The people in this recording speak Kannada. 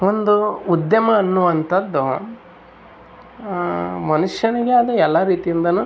ಒಂದು ಉದ್ಯಮ ಅನ್ನುವಂಥದ್ದು ಮನುಷ್ಯನಿಗಾದ ಎಲ್ಲ ರೀತಿ ಇಂದ